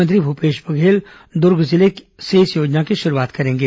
मुख्यमंत्री भूपेश बघेल दुर्ग जिले से इस योजना की शुरूआत करेंगे